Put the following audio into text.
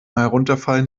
herunterfallen